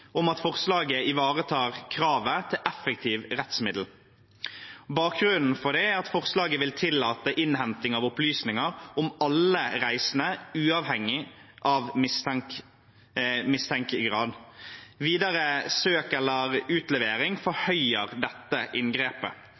om at forslaget ivaretar kravet til effektivt rettsmiddel. Bakgrunnen for det er at forslaget vil tillate innhenting av opplysninger om alle reisende uavhengig av mistankegrad. Videre søk eller utlevering forhøyer dette inngrepet,